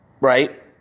right